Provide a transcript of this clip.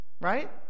Right